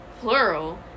plural